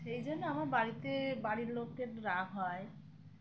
সেই জন্য আমার বাড়িতে বাড়ির লোকের রাগ হয়